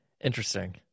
Interesting